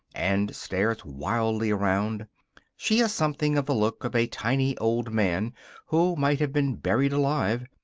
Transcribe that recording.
and stares wildly around she has something of the look of a tiny old man who might have been buried alive,